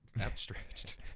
outstretched